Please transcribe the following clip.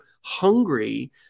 hungry